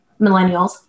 millennials